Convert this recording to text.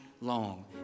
long